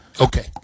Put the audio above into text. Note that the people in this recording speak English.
Okay